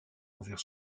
envers